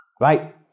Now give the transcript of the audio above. right